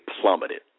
plummeted